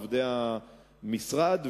עובדי המשרד.